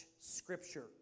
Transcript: Scripture